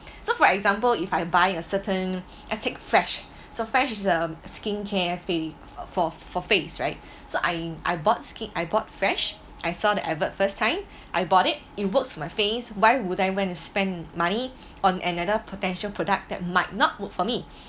so for example if I buy a certain Fresh so Fresh is the skincare face for face right so I I bought skin I bought Fresh I saw the advert first time I bought it it works my face why would I went to spend money on another potential productive that might not work for me